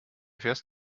fährst